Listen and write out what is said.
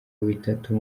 bitatu